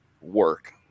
work